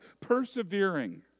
persevering